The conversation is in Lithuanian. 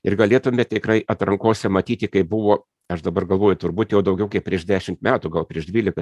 ir galėtume tikrai atrankose matyti kaip buvo aš dabar galvoju turbūt jau daugiau kaip prieš dešimt metų gal prieš dvylika